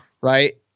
right